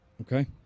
okay